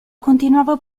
continuava